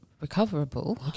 recoverable